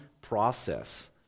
process